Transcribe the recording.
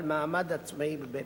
בעל מעמד עצמאי בבית-המשפט.